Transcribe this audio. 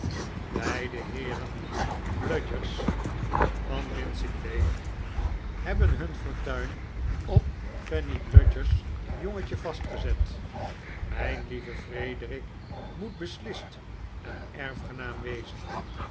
beide heeren bludyers van mincing lane hebben hun fortuin op fanny bludyers jongetje vastgezet mijn lieve frederic moet beslist een erfgenaam wezen